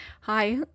Hi